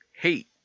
hate